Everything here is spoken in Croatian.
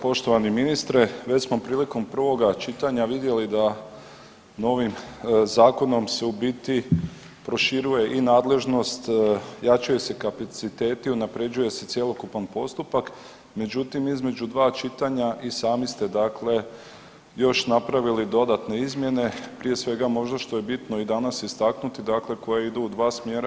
Poštovani ministre, već smo prilikom prvoga čitanja vidjeli da novim zakonom se u biti proširuje i nadležnost, jačaju se kapaciteti, unaprjeđuje se cjelokupan postupak, međutim između dva čitanja i sami ste dakle još napravili dodatne izmjene prije svega možda što je bitno i danas istaknuti dakle koje idu u dva smjera.